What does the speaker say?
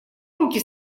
руки